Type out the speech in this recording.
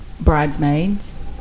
bridesmaids